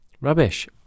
rubbish